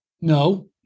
No